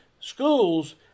schools